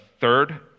third